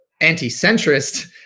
anti-centrist